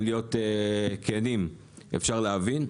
אם להיות כנים אפשר להבין,